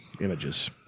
images